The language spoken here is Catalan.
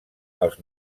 als